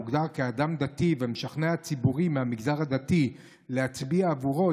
המוגדר כאדם דתי ומשכנע ציבורים מהמגזר הדתי להצביע בעבורו,